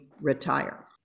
retire